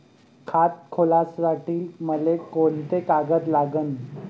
खात खोलासाठी मले कोंते कागद लागन?